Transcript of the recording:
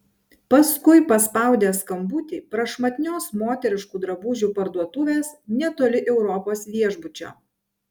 paskui paspaudė skambutį prašmatnios moteriškų drabužių parduotuvės netoli europos viešbučio